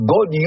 God